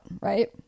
right